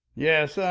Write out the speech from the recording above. yes,